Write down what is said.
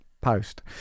post